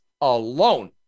alone